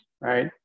right